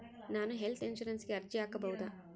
ನಾನು ಹೆಲ್ತ್ ಇನ್ಶೂರೆನ್ಸಿಗೆ ಅರ್ಜಿ ಹಾಕಬಹುದಾ?